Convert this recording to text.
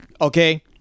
okay